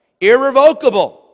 irrevocable